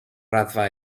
raddfa